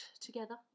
together